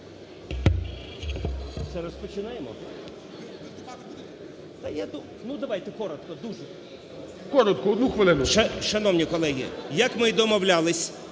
Шановні колеги, як ми і домовлялися,